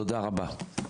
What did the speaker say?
תודה רבה.